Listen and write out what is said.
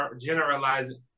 generalizing